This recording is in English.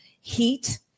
heat